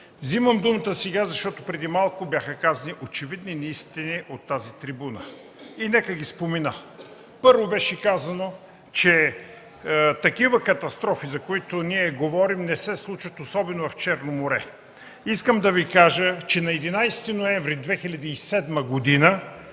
вземам думата, защото преди малко бяха казани очевидни неистини от тази трибуна. Нека да ги спомена. Първо, беше казано, че такива катастрофи, за които говорим, не се случват, особено в Черно море. Искам да Ви кажа, че на 11 ноември 2007 г.